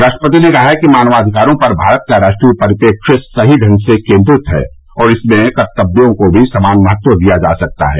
राष्ट्रपति ने कहा कि मानवाधिकारों पर भारत का राष्ट्रीय परिपेक्ष्य सही ढंग से केंद्रित है और इसमें कर्तव्यों को भी समान महत्व दिया जा सकता है